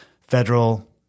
federal